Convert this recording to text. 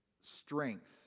strength